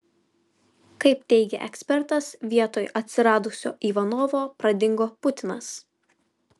kaip teigia ekspertas vietoj atsiradusio ivanovo pradingo putinas